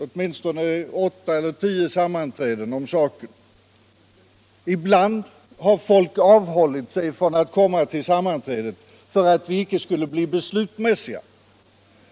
Vi har haft åtta eller tio sammanträden om den frågan. Ibland har ledamöter avhållit sig från att komma till sammanträdena för att vi inte skulle bli beslutsmässiga.